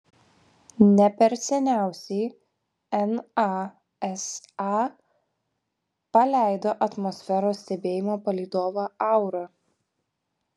ne per seniausiai nasa paleido atmosferos stebėjimo palydovą aura